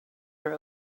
are